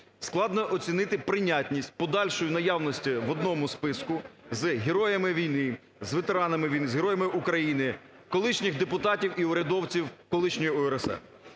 Складність оцінити прийнятність подальшої наявності в одному списку з героями війни, з ветеранами війни, з Героями України колишніх депутатів і урядовців колишньої УРСР.